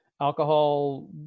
alcohol